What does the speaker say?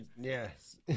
Yes